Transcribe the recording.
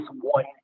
one